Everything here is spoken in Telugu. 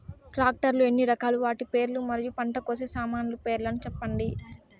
టాక్టర్ లు ఎన్ని రకాలు? వాటి పేర్లు మరియు పంట కోసే సామాన్లు పేర్లను సెప్పండి?